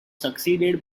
succeeded